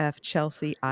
Chelsea